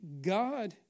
God